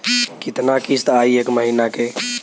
कितना किस्त आई एक महीना के?